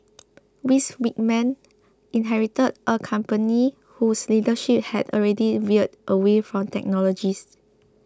Ms Whitman inherited a company whose leadership had already veered away from technologists